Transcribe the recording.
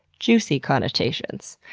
juicy connotations.